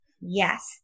Yes